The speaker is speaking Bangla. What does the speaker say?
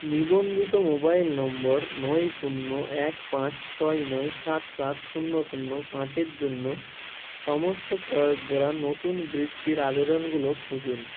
নিবন্ধিত মোবাইল নম্বর নয় শূন্য এক পাঁচ ছয় নয় সাত সাত শূন্য শূন্য পাঁচের জন্য সমস্ত প্রয়োগ করা নতুন বৃত্তির আবেদনগুলো খুঁজুন